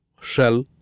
shell